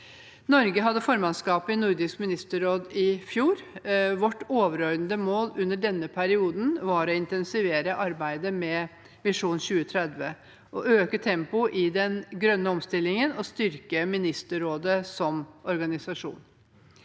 Norge hadde formannskapet i Nordisk ministerråd i 2022. Vårt overordnede mål i denne perioden var å intensivere arbeidet med Visjon 2030, øke tempoet i den grønne omstillingen og styrke Ministerrådet som organisasjon.